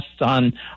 on